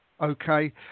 Okay